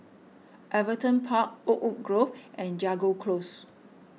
Everton Park Oakwood Grove and Jago Close